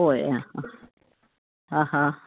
ഓ എ ആ ആ ഹാ